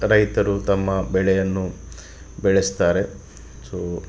ರೈತರು ತಮ್ಮ ಬೆಳೆಯನ್ನು ಬೆಳೆಸ್ತಾರೆ ಸೋ